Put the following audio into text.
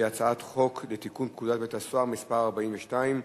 שהיא הצעת חוק לתיקון פקודת בתי-הסוהר (מס' 42),